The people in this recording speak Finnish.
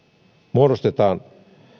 muodostetaan